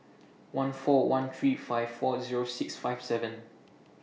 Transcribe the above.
one four one three five four Zero six five seven